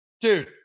dude